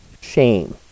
shame